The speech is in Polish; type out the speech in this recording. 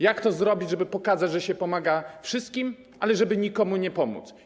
Jak to zrobić, żeby pokazać, że się pomaga wszystkim, ale żeby nikomu nie pomóc?